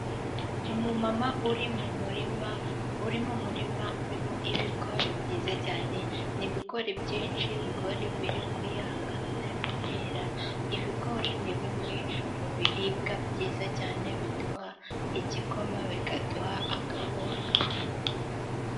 Umumama uri mu murima urimo ibigori byiza cyane, ni ibigori byinshi ibigori biri kuyanga bitari byera. Ibigori ni bimwe mu biribwa byiza cyane, biduha igikoma bikaduha akawunga.